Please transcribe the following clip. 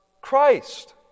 Christ